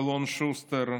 אלון שוסטר,